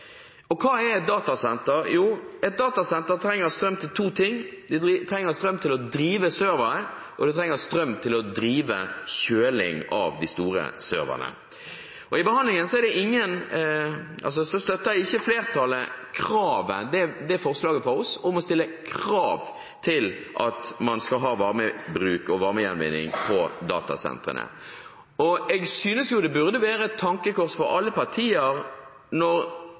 Hva er et datasenter? Jo, et datasenter trenger strøm til to ting: Det trenger strøm til å drive servere og til å drive nedkjøling av de store serverne. I innstillingen støtter ikke flertallet forslaget fra oss om å stille krav til at man skal ha varmebruk og varmegjenvinning på datasentrene. Jeg synes det burde være et tankekors for alle partier når